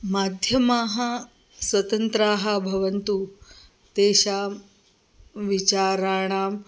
माध्यमाः स्वतन्त्राः भवन्तु तेषां विचाराणां